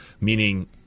Meaning